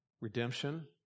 redemption